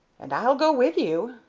and i'll go with you!